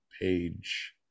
page